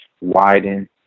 widen